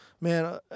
man